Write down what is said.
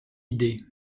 idée